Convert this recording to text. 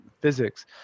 physics